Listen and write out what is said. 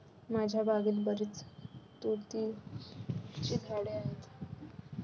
माझ्या बागेत बरीच तुतीची झाडे आहेत